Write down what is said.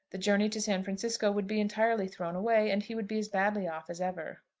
the journey to san francisco would be entirely thrown away, and he would be as badly off as ever.